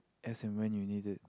as you when you need it